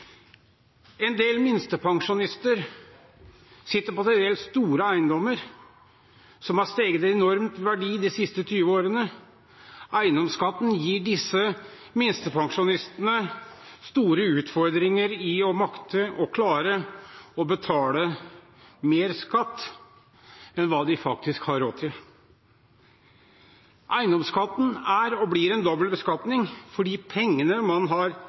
En del minstepensjonister sitter på til dels store eiendommer som har steget enormt i verdi de siste 20 årene. Eiendomsskatten gir disse minstepensjonistene store utfordringer med å klare å betale mer i skatt enn hva de faktisk har råd til. Eiendomsskatten er og blir en dobbel beskatning, fordi pengene man har